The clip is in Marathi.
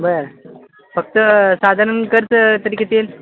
बरं फक्त साधारण खर्च तरी किती येईल